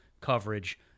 coverage